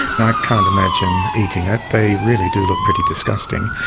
and i can't imagine eating it, they really do look pretty disgusting.